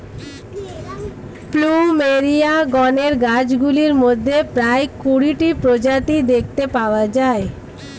plumeria গণের গাছগুলির মধ্যে প্রায় কুড়িটি প্রজাতি দেখতে পাওয়া যায়